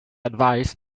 advised